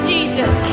Jesus